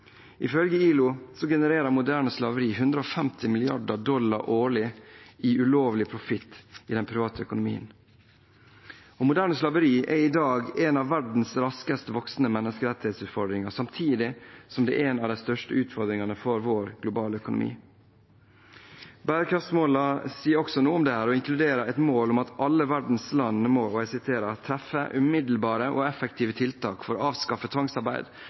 Ifølge ILO generer moderne slaveri 150 mrd. dollar årlig i ulovlig profitt i den private økonomien. Moderne slaveri er i dag en av verdens raskest voksende menneskerettighetsutfordringer, samtidig som det er en av de største utfordringene for vår globale økonomi. Bærekraftsmålene sier også noe om dette og inkluderer et mål om at alle verdens land må: «Treffe umiddelbare og effektive tiltak for å avskaffe tvangsarbeid,